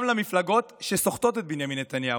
גם למפלגות שסוחטות את בנימין נתניהו: